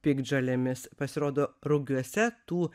piktžolėmis pasirodo rugiuose tų